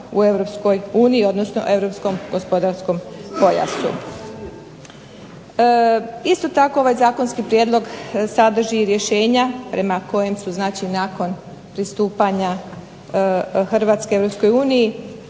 u EU, odnosno europskom gospodarskom pojasu. Isto tako ovaj zakonski prijedlog sadrži i rješenja prema kojem su znači nakon pristupanja Hrvatske EU